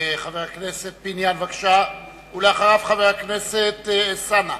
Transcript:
חבר הכנסת פיניאן, ואחריו, חבר הכנסת אלסאנע.